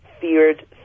feared